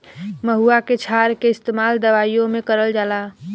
महुवा के क्षार के इस्तेमाल दवाईओ मे करल जाला